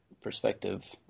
perspective